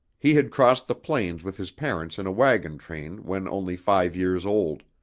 he had crossed the plains with his parents in a wagon train when only five years old.